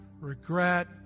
regret